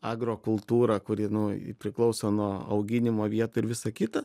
agrokultūra kuri nu priklauso nuo auginimo vietų ir visa kita